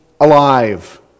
alive